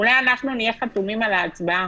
אולי אנחנו נהיה חתומים על ההצבעה,